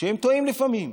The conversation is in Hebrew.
שהם טועים לפעמים,